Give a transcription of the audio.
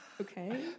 Okay